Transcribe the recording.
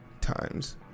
times